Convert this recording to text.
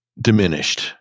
diminished